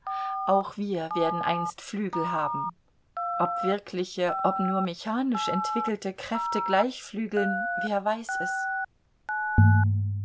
auch wir werden einst flügel haben ob wirkliche ob nur mechanisch entwickelte kräfte gleich flügeln wer weiß es